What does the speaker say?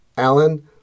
Alan